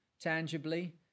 tangibly